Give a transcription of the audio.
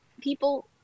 people